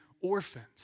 orphans